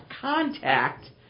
contact